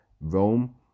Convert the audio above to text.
Rome